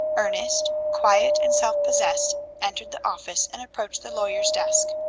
ernest, quiet and self-possessed, entered the office and approached the lawyer's desk.